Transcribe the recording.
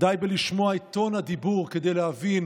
די לשמוע את טון הדיבור כדי להבין